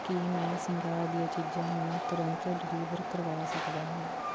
ਕੀ ਮੈਂ ਸ਼ਿੰਗਾਰ ਦੀਆਂ ਚੀਜ਼ਾਂ ਨੂੰ ਤੁਰੰਤ ਡਿਲੀਵਰ ਕਰਵਾ ਸਕਦਾ ਹਾਂ